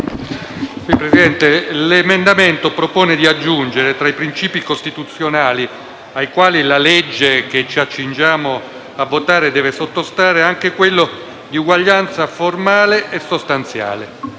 Presidente, l'emendamento 1.818 propone di aggiungere tra i princìpi costituzionali ai quali il provvedimento che ci accingiamo a votare deve sottostare anche quello di uguaglianza formale e sostanziale: